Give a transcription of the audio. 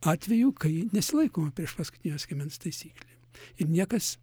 atvejų kai nesilaikoma priešpaskutinio skiemens taisyklė ir niekas